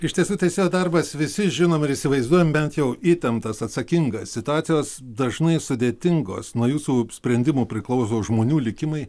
iš tiesų teisėjo darbas visi žinom ir įsivaizduojam bent jau įtemptas atsakingas situacijos dažnai sudėtingos nuo jūsų sprendimų priklauso žmonių likimai